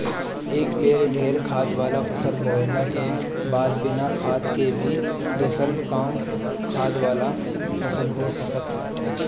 एक बेर ढेर खाद वाला फसल बोअला के बाद बिना खाद के भी दोसर कम खाद वाला फसल हो सकताटे